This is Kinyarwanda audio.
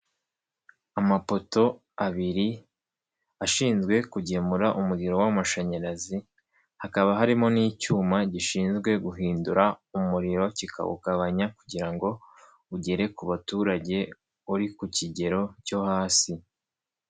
Amapoto abiri ashinzwe kugemura umuriro w'amashanyarazi, hakaba harimo n'icyuma gishinzwe guhindura umuriro kikawugabanya kugira ngo ugere ku baturage, uri ku kigero cyo hasi.